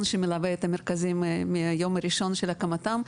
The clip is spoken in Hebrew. שמלווה את המרכזים מהיום הראשון להקמתם.